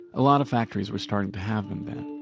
a lot of factories were starting to have them then.